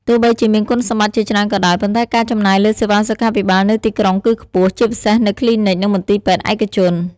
ទោះបីជាមានគុណសម្បត្តិជាច្រើនក៏ដោយ ប៉ុន្តែការចំណាយលើសេវាសុខាភិបាលនៅទីក្រុងគឺខ្ពស់ ជាពិសេសនៅគ្លីនិក និងមន្ទីរពេទ្យឯកជន។